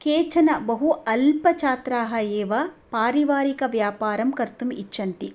केचन बहु अल्पछात्राः एव पारिवारिकव्यापारं कर्तुम् इच्छन्ति